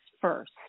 first